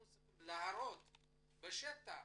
אנחנו צריכים להראות בשטח,